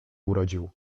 urodził